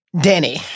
Danny